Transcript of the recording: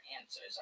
answers